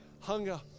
hunger